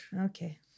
Okay